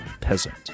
peasant